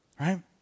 right